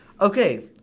okay